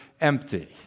empty